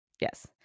yes